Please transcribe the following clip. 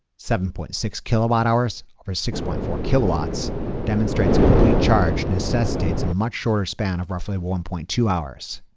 seven point six kilowatt hours over six point four kilowatts demonstrates a complete charge necessitates a much shorter span of roughly one point two hours.